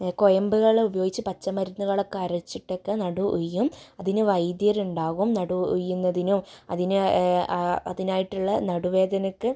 കൊയാമ്പുകളുപയോഗിച്ച് പച്ചമരുന്നുകളൊക്കെ അരച്ചിട്ടൊക്കെ നടു ഒയ്യും അതിന് വൈദ്യരുണ്ടാവും നടു ഒയ്യുന്നതിന് അതിനെ അതിനായിട്ടുള്ള നടുവേദനക്ക്